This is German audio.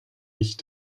nicht